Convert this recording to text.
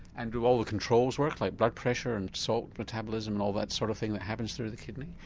and do all the controls work like blood pressure and salt metabolism and all that sort of thing that happens through the kidney?